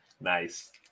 Nice